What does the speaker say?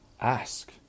ask